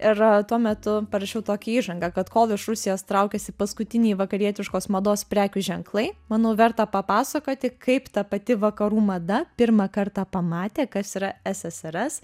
ir tuo metu parašiau tokią įžangą kad kol iš rusijos traukiasi paskutiniai vakarietiškos mados prekių ženklai manau verta papasakoti kaip ta pati vakarų mada pirmą kartą pamatė kas yra ssrs